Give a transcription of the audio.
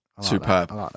Superb